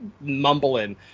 mumbling